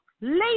Lady